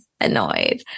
annoyed